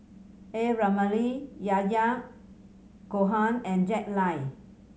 A Ramli Yahya Cohen and Jack Lai